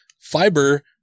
fiber